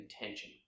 intention